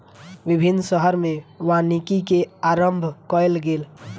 विभिन्न शहर में वानिकी के आरम्भ कयल गेल